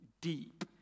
deep